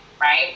right